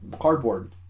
cardboard